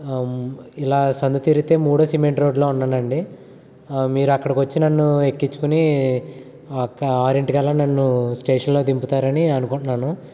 ఇలా సందు తిరిగితే మూడో సిమెంట్ రోడ్లో ఉన్నానండి మీరు అక్కడికి వచ్చి నన్ను ఎక్కించుకొని ఒక ఆరింటికి కల్లా నన్నుస్టేషన్లో దింపుతారని అనుకుంటున్నాను